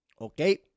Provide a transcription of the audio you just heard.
okay